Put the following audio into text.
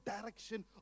direction